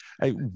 hey